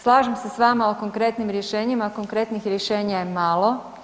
Slažem se s vama o konkretnim rješenjima, konkretnih rješenja je malo.